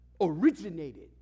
originated